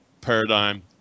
paradigm